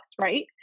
Right